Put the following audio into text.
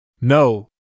No